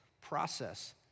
process